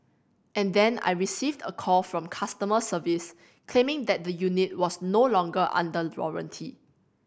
and then I received a call from customer service claiming that the unit was no longer under warranty